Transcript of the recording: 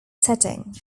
setting